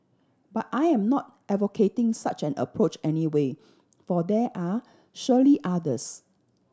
but I am not advocating such an approach anyway for there are surely others